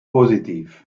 positiv